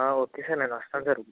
okay sir నేను వస్తాను sir